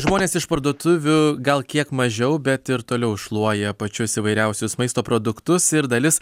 žmonės iš parduotuvių gal kiek mažiau bet ir toliau šluoja pačius įvairiausius maisto produktus ir dalis